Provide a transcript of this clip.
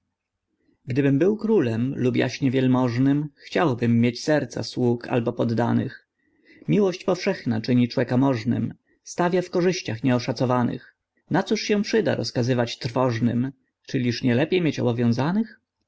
gdybym był królem lub jaśnie wielmożnym chciałbym mieć serca sług albo poddanych miłość powszechna czyni człeka możnym stawia w korzyściach nieoszacowanych na cóż się przyda rozkazywać trwożnym czyliż nie lepiej mieć obowiązanych